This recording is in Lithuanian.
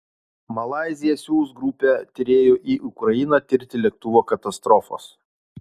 malaizija siųs grupę tyrėjų į ukrainą tirti lėktuvo katastrofos